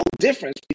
difference